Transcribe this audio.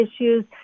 issues